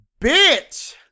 Bitch